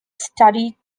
study